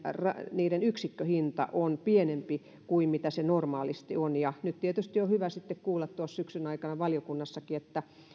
niiden yksikköhinta on pienempi kuin mitä se normaalisti on on tietysti hyvä kuulla tuossa syksyn aikana valiokunnassakin